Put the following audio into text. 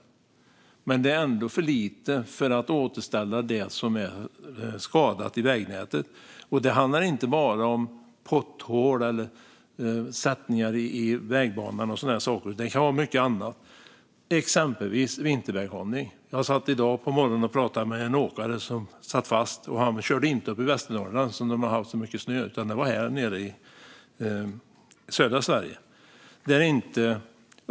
Men det är ändå för lite för att återställa det som är skadat i vägnätet. Det handlar inte bara om potthål, sättningar i vägbanan och sådana saker, utan det kan också vara mycket annat, exempelvis vinterväghållning. Jag satt i dag på morgonen och pratade med en åkare som satt fast. Han körde inte uppe i Västernorrland, där de har haft så mycket snö, utan det var här nere i södra Sverige.